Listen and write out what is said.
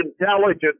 intelligent